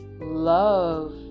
love